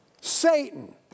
Satan